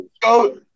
Go